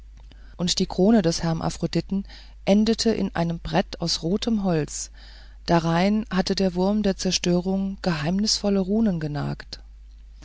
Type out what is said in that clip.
und die krone des hermaphroditen endete in einem brett aus rotem holz darein hatte der wurm der zerstörung geheimnisvolle runen genagt